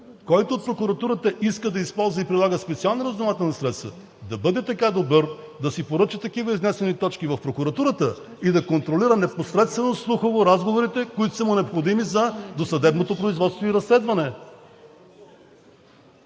Който от прокуратурата иска да използва и прилага специални разузнавателни средства, да бъде така добър да си поръча такива изнесени точки в прокуратурата и да контролира непосредствено слухово разговорите, които са му необходими, за досъдебното производство и разследване.